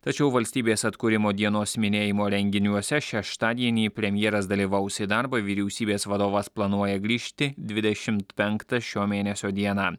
tačiau valstybės atkūrimo dienos minėjimo renginiuose šeštadienį premjeras dalyvaus į darbą vyriausybės vadovas planuoja grįžti dvidešimt penktą šio mėnesio dieną